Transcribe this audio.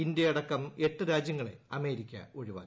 ഇന്ത്യയടക്കം എട്ട് രാജ്യങ്ങളെ അമേരിക്ക ഒഴിവാക്കി